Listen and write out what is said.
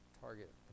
target